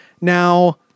Now